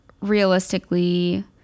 realistically